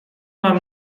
mam